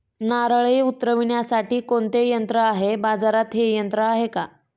नारळे उतरविण्यासाठी कोणते यंत्र आहे? बाजारात हे यंत्र आहे का?